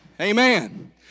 Amen